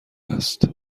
است